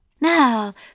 Now